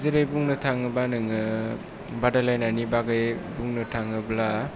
जेरै बुंनो थाङोब्ला नोङो बादायलायनायनि बागै बुंनो थाङोब्ला